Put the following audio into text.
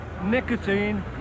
nicotine